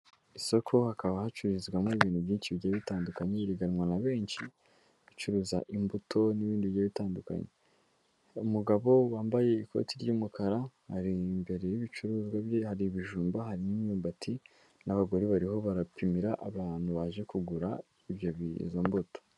Isoko hakaba hacururizwamo ibintu byinshi bigiye bitandukanye riganwa na benshi, bacuruza imbuto n'ibindi bigiye bitandukanye, umugabo wambaye ikoti ry'umukara ari imbere y'ibicuruzwa bye, hari ibijumba hari n'imyumbati n'abagore bariho barapimira abantu baje kugura ibyo izo mbuto.